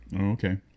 Okay